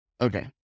Okay